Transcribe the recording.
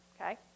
Okay